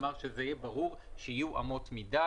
אנחנו לא חושבים שיש כאן הצדקה להוסיף את העניין של המהותי.